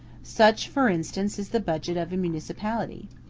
such, for instance, is the budget of a municipality.